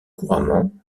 couramment